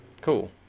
Cool